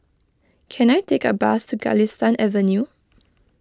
can I take a bus to Galistan Avenue